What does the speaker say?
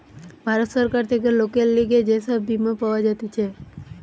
ভারত সরকার থেকে লোকের লিগে যে সব বীমা পাওয়া যাতিছে